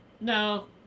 No